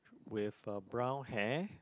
with a brown hair